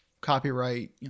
copyright